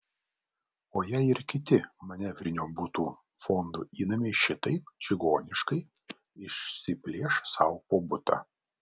o jei ir kiti manevrinio butų fondo įnamiai šitaip čigoniškai išsiplėš sau po butą